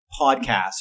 podcast